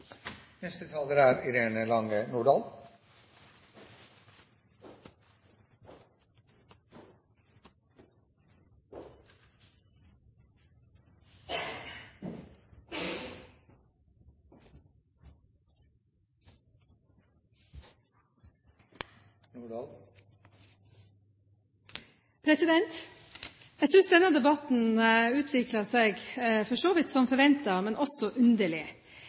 Jeg synes denne debatten for så vidt har utviklet seg som forventet, men også underlig.